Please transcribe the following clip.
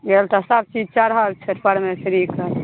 धियापुता सब चीज चढ़ै छै परमेश्वरीके